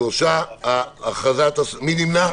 מי נמנע?